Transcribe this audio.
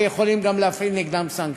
ויכולים גם להפעיל נגדם סנקציות.